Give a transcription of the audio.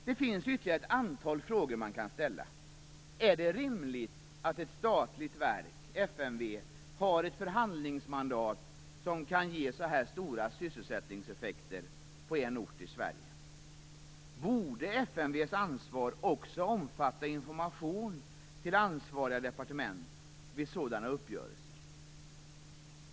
Det finns ytterligare ett antal frågor man kan ställa: Är det rimligt att ett statligt verk, FMV, har ett förhandlingsmandat som kan ge så här stora sysselsättningseffekter på en ort i Sverige? Borde FMV:s ansvar också omfatta information till ansvariga departement vid sådana uppgörelser?